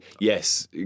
yes